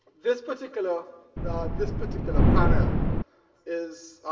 this particular ah this particular panel is